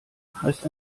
heißt